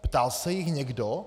Ptal se jich někdo?